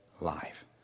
life